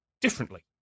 differently